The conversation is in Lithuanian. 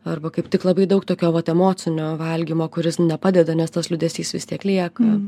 arba kaip tik labai daug tokio vat emocinio valgymo kuris nepadeda nes tas liūdesys vis tiek lieka